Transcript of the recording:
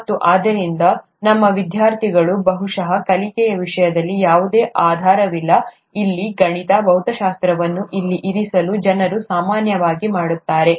ಮತ್ತು ಆದ್ದರಿಂದ ನಮ್ಮ ವಿದ್ಯಾರ್ಥಿಗಳು ಬಹುಶಃ ಕಲಿಕೆಯ ವಿಷಯದಲ್ಲಿ ಯಾವುದೇ ಆಧಾರವಿಲ್ಲ ಇಲ್ಲಿ ಗಣಿತ ಭೌತಶಾಸ್ತ್ರವನ್ನು ಇಲ್ಲಿ ಇರಿಸಲು ಜನರು ಸಾಮಾನ್ಯವಾಗಿ ಮಾಡುತ್ತಾರೆ